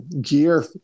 gear